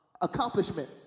accomplishment